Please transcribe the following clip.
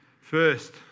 First